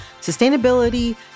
sustainability